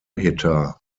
hitter